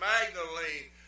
Magdalene